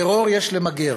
טרור יש למגר.